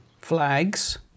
flags